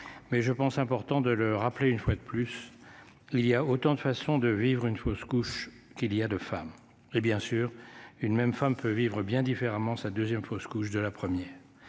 Mais je pense important de le rappeler une fois de plus. Il y a autant de façons de vivre une fausse couche, qu'il y a 2 femmes et bien sûr une même femme peut vivre bien différemment sa 2ème fausse couche de la 1er